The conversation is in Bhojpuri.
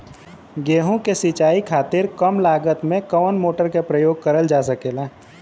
गेहूँ के सिचाई खातीर कम लागत मे कवन मोटर के प्रयोग करल जा सकेला?